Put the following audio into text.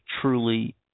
truly